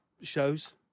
shows